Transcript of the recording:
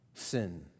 sin